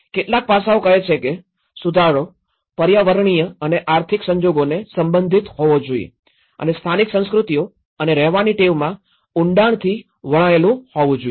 કેટલાક પાસાઓ કહે છે કે સુધારો પર્યાવરણીય અને આર્થિક સંજોગોને સંબંધિત હોવો જોઈએ અને સ્થાનિક સંસ્કૃતિઓ અને રહેવાની ટેવમાં ઊંડાણથી વણાયેલું હોવું જોઈએ